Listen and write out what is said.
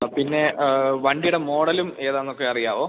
ആ പിന്നെ വണ്ടിയുടെ മോഡലും ഏതാണെന്നൊക്കെ അറിയാമോ